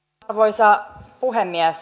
arvoisa puhemies